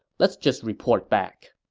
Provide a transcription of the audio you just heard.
let's just report back.